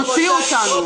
תוציאו אותנו.